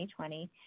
2020